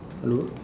hello